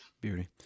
Beauty